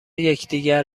یکدیگر